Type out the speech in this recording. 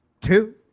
two